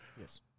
Yes